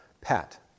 Pat